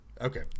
Okay